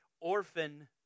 orphan